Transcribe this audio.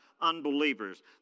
unbelievers